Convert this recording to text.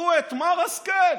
כשעצרו את מר השכל,